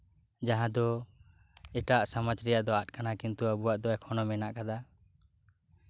ᱡᱟᱦᱟ ᱫᱚ ᱮᱴᱟᱜ ᱥᱚᱢᱟᱡ ᱨᱮᱭᱟᱜ ᱫᱚ ᱟᱫ ᱠᱟᱱᱟ ᱠᱤᱱᱛᱩ ᱟᱵᱚ ᱫᱚ ᱮᱠᱷᱚᱱ ᱦᱚᱸ ᱢᱮᱱᱟᱜ ᱟᱠᱟᱫᱟ